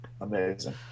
amazing